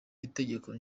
itegeko